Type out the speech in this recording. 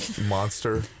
Monster